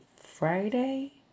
Friday